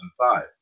2005